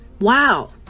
wow